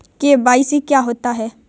KYC क्या होता है?